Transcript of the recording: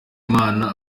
imana